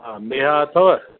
हा मेहा अथव